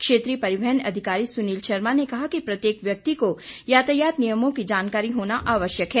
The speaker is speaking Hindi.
क्षेत्रीय परिवहन अधिकारी सुनील शर्मा ने कहा कि प्रत्येक व्यक्ति को यातायात नियमों की जानकारी होना आवश्यक है